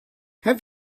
have